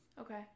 Okay